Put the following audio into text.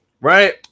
Right